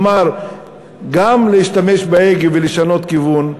כלומר גם להשתמש בהגה ולשנות כיוון,